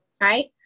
right